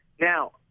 Now